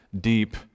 deep